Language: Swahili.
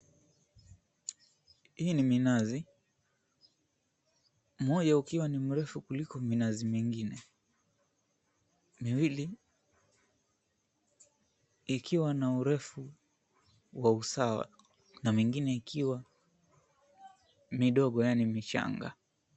Hii ni minazi. Mmoja ukiwa ni mirefu kuliko minazi mingine, miwili ikiwa na urefu wa usawa na mengine ukiwa midogo yaani michanga.